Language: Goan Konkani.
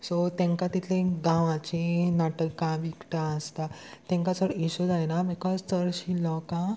सो तेंकां तितली गांवाचीं नाटकां बिकटां आसता तेंकां चड इशू जायना बिकॉज चडशीं लोकां